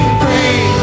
free